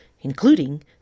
including